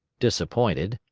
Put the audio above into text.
disappointed,